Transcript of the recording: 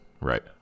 right